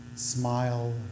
Smile